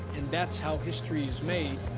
and that's how history is made.